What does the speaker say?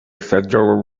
federal